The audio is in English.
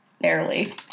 Barely